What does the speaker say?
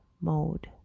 mode